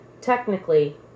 technically